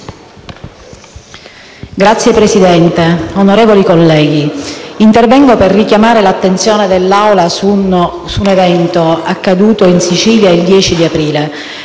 Signor Presidente, onorevoli colleghi, intervengo per richiamare l'attenzione dell'Assemblea su un evento accaduto in Sicilia il 10 aprile,